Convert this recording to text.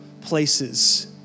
places